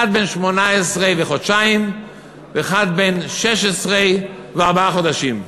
אחד בן 18 וחודשיים ואחד בן 16 וארבעה חודשים.